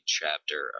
chapter